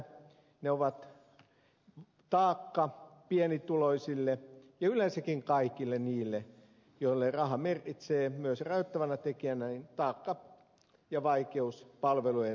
ne ovat taakka pienituloisille ja yleensäkin kaikille niille joille raha merkitsee myös rajoittavana tekijänä taakka ja vaikeus palvelujen saamisessa